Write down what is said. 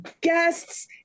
guests